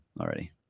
already